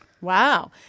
Wow